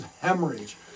hemorrhage